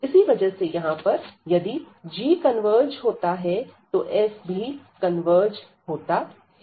इसी वजह से यहां पर यदि g कन्वर्ज होता है तो f भी कन्वर्ज होता है